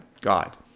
God